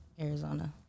Arizona